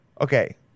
Okay